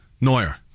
Neuer